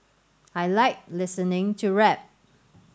I like listening to rap